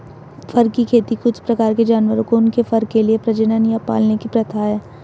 फर की खेती कुछ प्रकार के जानवरों को उनके फर के लिए प्रजनन या पालने की प्रथा है